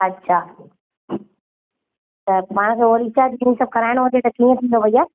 अछा त पाण खे वरी रिचार्ज सभु कराइणो हुजे त कीअं थींदो भैया